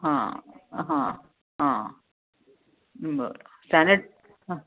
हां हां हां बरं चालेल हां